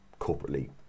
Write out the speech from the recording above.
corporately